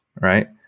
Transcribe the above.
Right